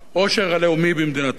העושר הלאומי במדינת ישראל.